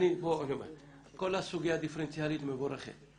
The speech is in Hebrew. כל הסוגיה הדיפרנציאלית מבורכת.